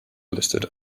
listed